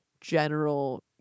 general